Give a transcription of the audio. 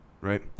Right